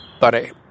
Buddy